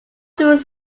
through